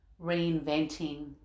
reinventing